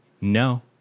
no